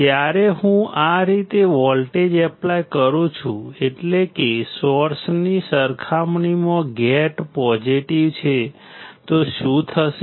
જ્યારે હું આ રીતે વોલ્ટેજ એપ્લાય કરું છું એટલે કે સોર્સની સરખામણીમાં ગેટ પોઝિટિવ છે તો શું થશે